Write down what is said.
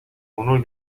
unul